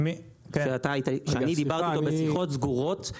שדיברתי אתו בשיחות סגורות,